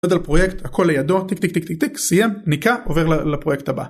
עוד על פרויקט הכל לידו סיים ניקה עובר לפרויקט הבא